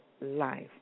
life